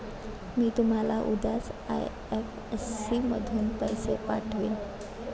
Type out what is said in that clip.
मी तुम्हाला उद्याच आई.एफ.एस.सी मधून पैसे पाठवीन